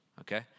Okay